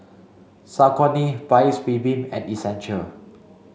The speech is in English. Saucony Paik's Bibim and Essential